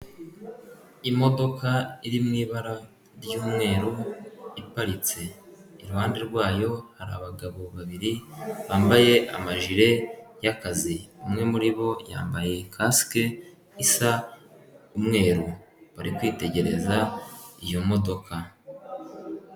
Imodoka iri mu ibara ry'umweru iparitse iruhande rwayo, hari abagabo babiri bambaye amajire y'akazi, umwe muri bo yambaye kasike isa umweru bari kwitegereza iyo modoka.